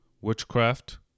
Witchcraft